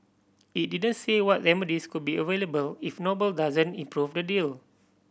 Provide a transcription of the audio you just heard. it didn't say what remedies could be available if Noble doesn't improve the deal